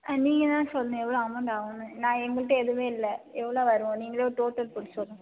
ஆ நீங்கள் தான் சொல்லணும் எவ்வளோ அமௌண்ட் ஆகுன்னு நான் எங்கள்ட்ட எதுவுமே இல்லை எவ்வளோ வரும் நீங்களே ஒரு டோட்டல் போட்டு சொல்லுங்கள்